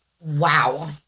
Wow